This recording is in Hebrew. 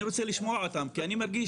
אני רוצה לשמוע אותם כי אני חש